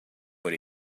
por